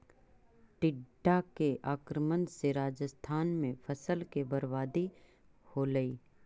टिड्डा के आक्रमण से राजस्थान में फसल के बर्बादी होलइ